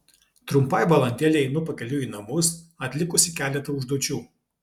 trumpai valandėlei einu pakeliui į namus atlikusi keletą užduočių